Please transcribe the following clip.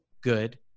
Good